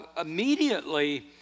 immediately